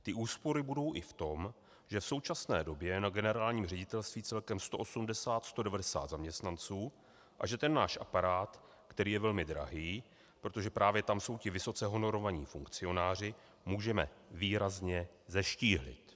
Ty úspory budou i v tom, že v současné době na Generálním ředitelství celkem 180, 190 zaměstnanců a že ten náš aparát, který je velmi drahý, protože právě tam jsou ti vysoce honorovaní funkcionáři, můžeme výrazně zeštíhlit.